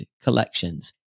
collections